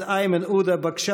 לרצונך,